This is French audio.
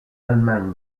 allemagne